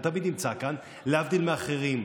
הוא תמיד נמצא כאן, להבדיל מאחרים.